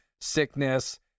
sickness